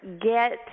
get